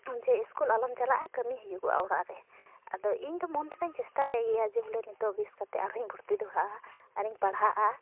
ᱡᱮ ᱤᱚᱥᱠᱩᱞ ᱟᱞᱚᱢ ᱪᱟᱞᱟᱜᱼᱟ ᱠᱟᱹᱢᱤ ᱦᱩᱭᱩᱜᱼᱟ ᱚᱲᱟᱜᱨᱮ ᱟᱫᱚ ᱤᱧᱫᱚ ᱢᱚᱱᱛᱮᱫᱚᱧ ᱪᱮᱥᱴᱟᱞᱮᱫ ᱜᱮᱭᱟ ᱡᱮ ᱵᱚᱞᱮ ᱱᱤᱛᱚᱜ ᱵᱮᱥ ᱠᱟᱛᱮᱫ ᱟᱨᱦᱚᱸᱧ ᱵᱷᱩᱨᱛᱤ ᱫᱚᱲᱦᱟᱜᱼᱟ ᱟᱨᱤᱧ ᱯᱟᱲᱦᱟᱜᱼᱟ